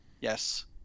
Yes